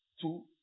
two